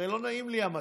הרי לא נעים לי המצב.